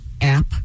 app